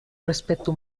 respeto